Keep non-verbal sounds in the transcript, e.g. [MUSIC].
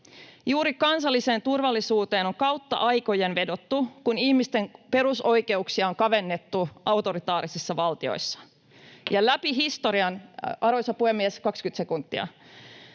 Juuri kansalliseen turvallisuuteen on kautta aikojen vedottu, kun ihmisten perusoikeuksia on kavennettu autoritaarisissa valtioissa, ja läpi historian [NOISE]